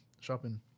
Shopping